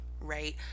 right